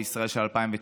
בישראל של 2019: